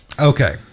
Okay